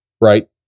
right